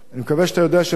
אני מקווה שאתה יודע שבנצרת